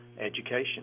education